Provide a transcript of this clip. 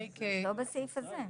לא בסעיף הזה.